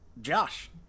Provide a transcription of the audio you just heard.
Josh